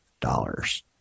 dollars